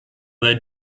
they